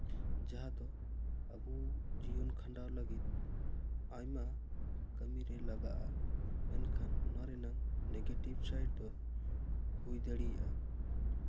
ᱡᱟᱦᱟᱸ ᱫᱚ ᱟᱵᱚ ᱡᱤᱭᱚᱱ ᱠᱷᱟᱱᱰᱟᱣ ᱞᱟᱹᱜᱤᱫ ᱟᱭᱢᱟ ᱠᱟᱹᱢᱤᱨᱮ ᱞᱟᱜᱟᱜᱼᱟ ᱢᱮᱱᱠᱷᱟᱱ ᱚᱱᱟ ᱨᱮᱱᱟᱝ ᱱᱮᱜᱮᱴᱤᱵᱽ ᱥᱟᱭᱤᱰ ᱫᱚ ᱦᱩᱭ ᱫᱟᱲᱮᱭᱟᱜᱼᱟ